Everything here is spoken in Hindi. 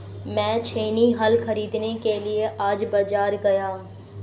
मैं छेनी हल खरीदने के लिए आज बाजार गया